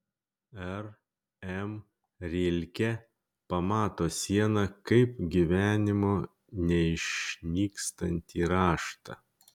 r m rilke pamato sieną kaip gyvenimo neišnykstantį raštą